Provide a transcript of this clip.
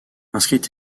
inscrit